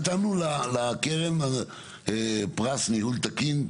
נתנו לקרן פרס ניהול תקין,